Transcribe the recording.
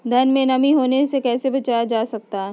धान में नमी होने से कैसे बचाया जा सकता है?